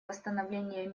восстановления